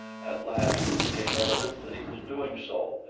at last it became evident that he was doing so,